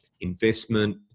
investment